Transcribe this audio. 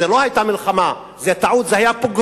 זאת לא היתה מלחמה, זאת טעות: זה היה פוגרום.